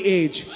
age